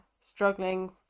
struggling